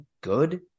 Good